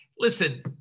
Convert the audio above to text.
Listen